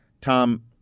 Tom